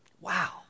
Wow